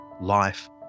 life